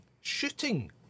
shooting